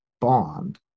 Bond